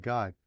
God